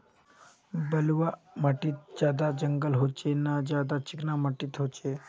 बलवाह माटित ज्यादा जंगल होचे ने ज्यादा चिकना माटित होचए?